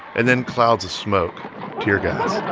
and then clouds of smoke tear gas